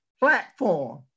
platform